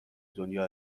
دنیا